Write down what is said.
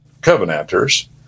Covenanters